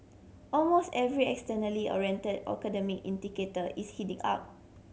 almost every externally oriented academic indicator is heading up